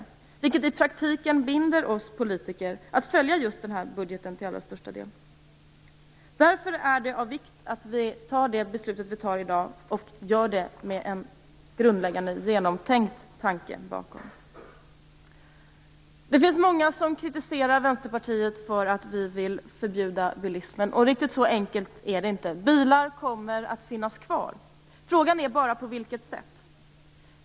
Det binder i praktiken oss politiker att följa just denna budget till allra största delen. Därför är det av vikt att vi fattar det beslut vi skall fatta i dag med en grundläggande genomtänkt tanke bakom det hela. Det finns många som kritiserar oss i Vänsterpartiet för att vi vill förbjuda bilismen. Riktigt så enkelt är det inte. Bilar kommer att finnas kvar - frågan är bara på vilket sätt.